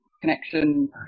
connection